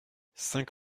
cinq